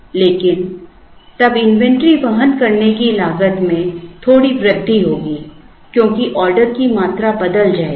लेकिन तब इन्वेंट्री वहन करने की लागत में थोड़ी वृद्धि होगी क्योंकि ऑर्डर की मात्रा बदल जाएगी